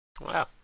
Wow